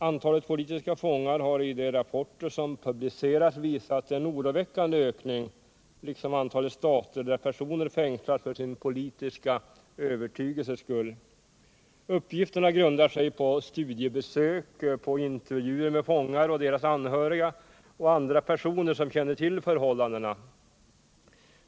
Antalet politiska fångar har enligt de rapporter som publicerats visat en oroväckande ökning liksom antalet stater där personer fängslas för sin politiska övertygelses skull. Uppgifterna grundar sig på studiebesök, intervjuer med fångar och deras anhöriga och andra personer som känner till förhållandena.